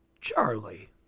Charlie